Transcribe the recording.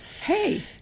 Hey